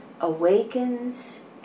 awakens